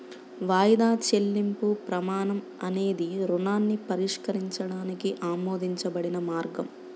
వాయిదా చెల్లింపు ప్రమాణం అనేది రుణాన్ని పరిష్కరించడానికి ఆమోదించబడిన మార్గం